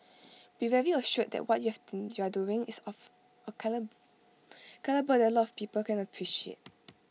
be very assured that what you're doing is of A calibre that A lot of people can appreciate